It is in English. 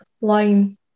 line